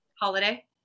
Holiday